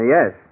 Yes